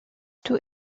tout